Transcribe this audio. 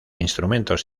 instrumentos